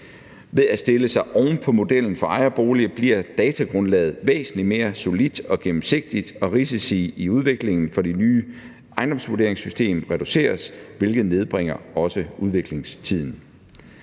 Ved at stille sig oven på modellen for ejerboliger bliver datagrundlaget væsentlig mere solidt og gennemsigtigt, og risici i udviklingen for det nye ejendomsvurderingssystem reduceres, hvilket også nedbringer udviklingstiden.